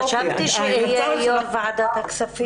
חשבתי שאהיה יושבת-ראש ועדת הכספים...